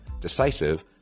decisive